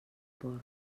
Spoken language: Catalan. porc